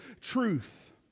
truth